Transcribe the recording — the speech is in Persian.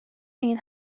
این